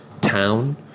town